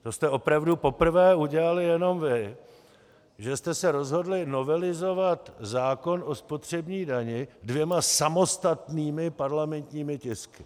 To jste opravdu poprvé udělali jenom vy, že jste se rozhodli novelizovat zákon o spotřební dani dvěma samostatnými parlamentními tisky.